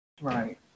Right